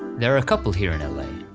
there are a couple here in la.